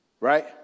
Right